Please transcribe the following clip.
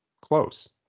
close